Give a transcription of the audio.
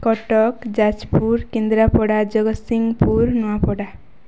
Cuttack Jajpur Kendrapara Jagatsinghpur Nuapada